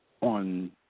On